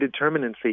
indeterminacy